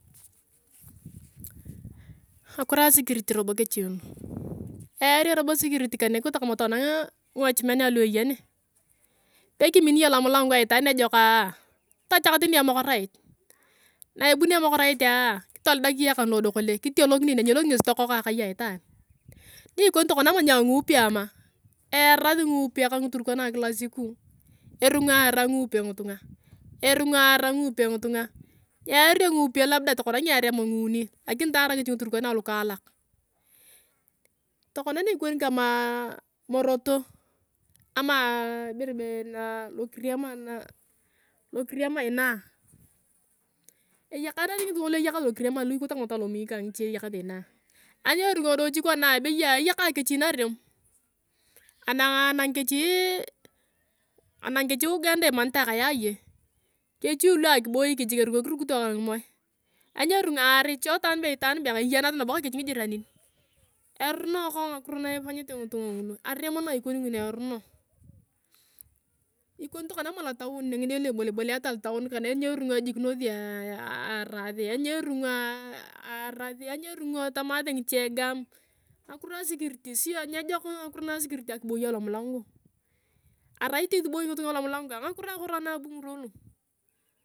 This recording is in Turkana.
Ngakiro asecurity robo kechi nu, eyario robo sec8iu ikote terao ngiwochimanea iu eya neke, pe kimin iyong lo mulangu loa itoan ejokaa, kitachak tani emokorait. na ebunio emokorait, kitolidak iyong akan lo dokole kitolok neni, nani elosi nyesi tokoka akaia itaan. ni ikoni tokona ama nia nyupe ama, eyarasi nyiupe ka ngiturkana kila siku. ering ora ngiupe ngitunga ngitunga eario ngiupe labda tokona ngiarei ama nguni, lakini taara kech ngiturkana lukaalak. tokona ni ikoni kama moroto, amaibere be lokiriama inaa, eyakanisa ngitunga lu eyasi lokiriama iu ikote ta lomuikang ngiche eyakasi inaa, ani eringa wadiochichi konaa, beyaa eyakae kechi narem, anaeng kechie. uganda emanitae kayaye, kechi lua kiboi kech eringa kirukit ka ngimoe. anj eringa ari iche taan eyanasi nabo ka kechi najirani. eroko. ngakiro na ifanyele ngitunga ngulu. areon na ikoni ngina eruno. ikoni tokoma lotaun nee ngide lu eboliate alotoun kane, ani eringa ajikinosia, arasi ani eringa arasi, ani eringa tamase ngiche eyam. ngakiro asecurity sio nyejok ngakiro na security akiboi amulango. arai tu isiboi ngitunga alomulango ngakiro akoro anabu ngirwa tu.